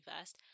first